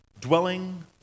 Dwelling